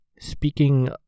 speaking